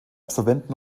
absolventen